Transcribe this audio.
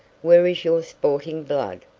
where is your sporting blood?